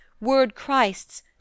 word-christs